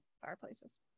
fireplaces